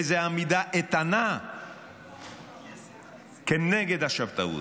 איזו עמידה איתנה כנגד השבתאות.